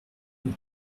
mon